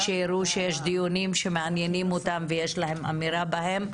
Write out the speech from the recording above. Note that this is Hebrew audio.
שיראו שיש דיונים שמעניינים אותם ויש להם אמירה בהם,